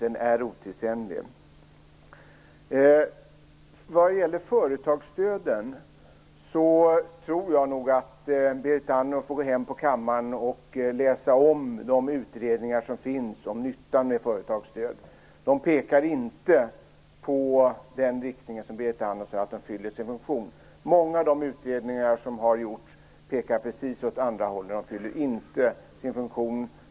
Den är otidsenlig. Vad gäller företagsstöden tror jag nog att Berit Andnor får gå hem till sin kammare och läsa om de utredningar som finns om nyttan med företagsstöden. De pekar inte i samma riktning som Berit Andnors påstående om att företagsstöden fyller sin funktion. Många av de utredningar som har gjorts pekar åt precis motsatt håll. Stöden fyller inte sin funktion.